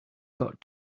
got